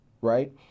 right